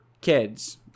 kids